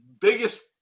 biggest